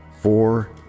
four